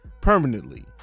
permanently